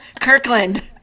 Kirkland